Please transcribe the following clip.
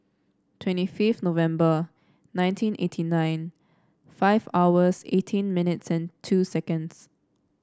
twenty five November nineteen eighty nine five hours eighteen minutes and two seconds